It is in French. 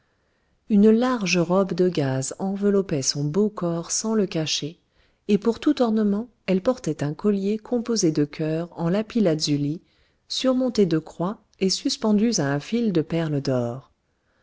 une large robe de gaze enveloppait son beau corps sans le cacher et pour tout ornement elle portait un collier composé de cœurs en lapis-lazuli surmontés de croix et suspendus à un fil de perles d'or